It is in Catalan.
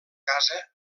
casa